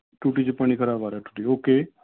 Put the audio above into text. ਟੂਟੀ 'ਚ ਪਾਣੀ ਖ਼ਰਾਬ ਆ ਰਿਹਾ ਤੁਹਾਡੇ ਓਕੇ